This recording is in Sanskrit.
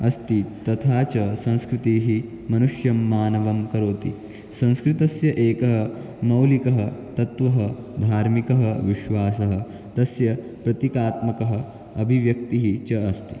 अस्ति तथा च संस्कृतिः मनुष्यं मानवं करोति संस्कृतस्य एकः मौलिकः तत्त्वः धार्मिकः विश्वासः तस्य प्रतिकात्मकः अभिव्यक्तिः च अस्ति